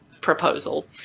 proposal